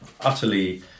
utterly